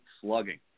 slugging